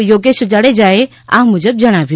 યોગેશ જાડેજાએ આ મુજબ જણાવ્યું